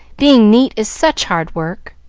being neat is such hard work!